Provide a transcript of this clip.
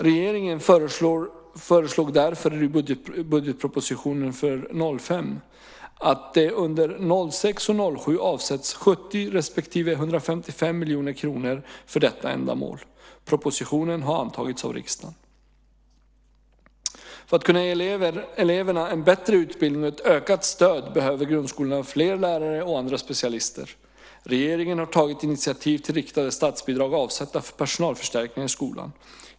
Regeringen föreslog därför i budgetpropositionen för 2005 att det under 2006 och 2007 avsätts 70 respektive 155 miljoner kronor för detta ändamål. Propositionen har antagits av riksdagen. För att kunna ge eleverna en bättre utbildning och ett ökat stöd behöver grundskolorna fler lärare och andra specialister. Regeringen har tagit initiativ till riktade statsbidrag avsedda för personalförstärkningar i skolan.